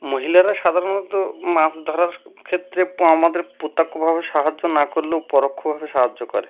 মহিলারা সাধারণত মাছ ধরার ক্ষেত্রে প আমাদের প্রতাক্ষভাবে সাহায্য না করলেও পরোক্ষভাবে সাহায্য করে